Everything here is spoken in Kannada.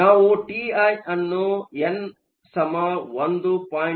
ಆದ್ದರಿಂದ ನಾವು ಟಿಐ ಅನ್ನು n 1